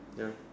ya